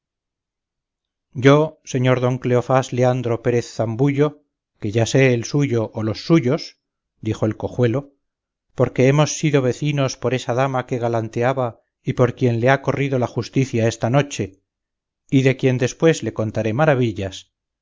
yo señor don cleofás leandro pérez zambullo que ya le sé el suyo o los suyos dijo el cojuelo porque hemos sido vecinos por esa dama que galanteaba y por quien le ha corrido la justicia esta noche y de quien después le contaré maravillas